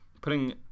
putting